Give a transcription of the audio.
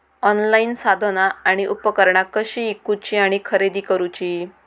Online साधना आणि उपकरणा कशी ईकूची आणि खरेदी करुची?